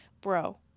bro